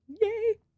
Yay